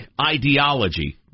ideology